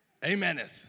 Ameneth